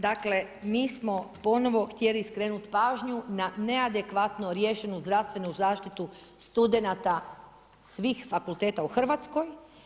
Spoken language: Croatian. Dakle, mi smo ponovno htjeli skrenuti pažnju na neadekvatno riješenu zdravstvenu zaštitu studenata svih fakulteta u Hrvatskoj.